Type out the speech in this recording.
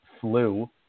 flu